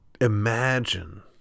imagine